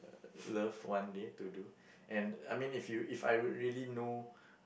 love one day to do and I mean if you if I really know